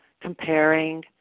comparing